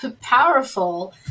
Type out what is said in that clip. powerful